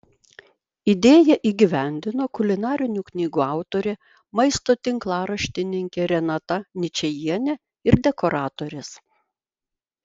idėją įgyvendino kulinarinių knygų autorė maisto tinklaraštininkė renata ničajienė ir dekoratorės